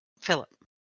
Philip